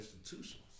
institutions